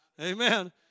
Amen